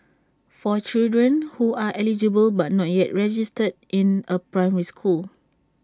for children who are eligible but not yet registered in A primary school